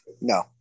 No